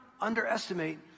underestimate